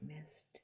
missed